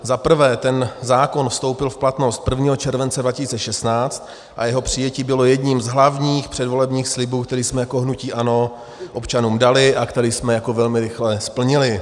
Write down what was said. Za prvé ten zákon vstoupil v platnost 1. července 2016 a jeho přijetí bylo jedním z hlavních předvolebních slibů, který jsme jako hnutí ANO občanům dali a který jsme jako velmi rychle splnili.